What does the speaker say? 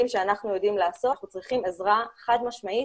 שאנחנו יודעים לעשות אנחנו צריכים עזרה חד משמעית,